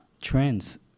trends